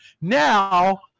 Now